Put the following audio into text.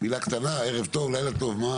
ערב טוב, לילה טוב.